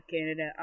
Canada